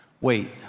wait